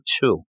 two